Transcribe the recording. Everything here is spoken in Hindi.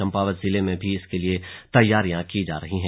चंपावत जिले में भी इसके लिए तैयारियों की जा रही है